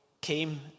came